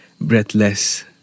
breathless